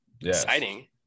Exciting